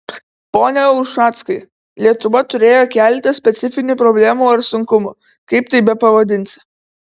pone ušackai lietuva turėjo keletą specifinių problemų ar sunkumų kaip tai bepavadinsi